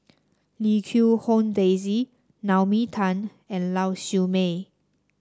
Lim Quee Hong Daisy Naomi Tan and Lau Siew Mei